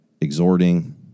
exhorting